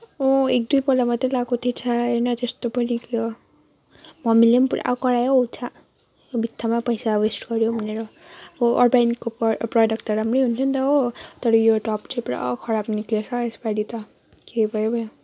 ओ एक दुईपल्ट मात्रै लाएको थिएँ छ्याः होइन त्यस्तो पो निक्लियो मम्मीले पनि पुरा करायो हो छ्याः वित्थामा पैसा वेस्ट गऱ्यो भनेर हो अर्बेनिकको प्र प्रडक्ट त राम्रै हुन्थ्यो नि त हो तर यो टप चाहिँ पुरा खराब निक्लिएछ यसपालि त के भयो भयो